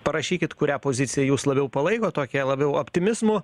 parašykit kurią poziciją jūs labiau palaikot tokią labiau optimizmu